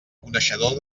coneixedor